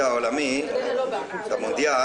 עוד לפני הדיון.